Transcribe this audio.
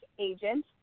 agent